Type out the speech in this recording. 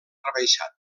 rebaixat